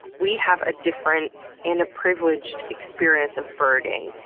we have a different and privileged experience of birding,